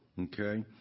Okay